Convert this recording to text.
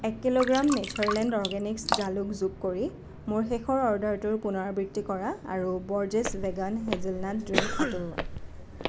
এক kilogram Natureland Organics জালুক যোগ কৰি মোৰ শেষৰ অৰ্ডাৰটোৰ পুনৰাবৃত্তি কৰা আৰু বৰ্জেছ ভেগান হেজেলনাট ড্ৰিংক আঁতৰোৱা